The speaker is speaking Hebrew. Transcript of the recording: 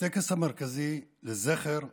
בטקס המרכזי לזכר הקורבנות.